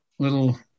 Little